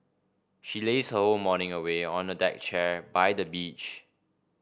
she lazed her whole morning away on a deck chair by the beach